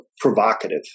provocative